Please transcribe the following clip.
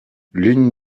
l’une